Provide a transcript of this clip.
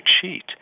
cheat